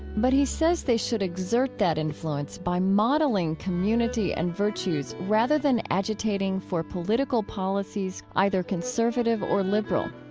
but he says they should exert that influence by modeling community and virtues rather than agitating for political policies, either conservative or liberal.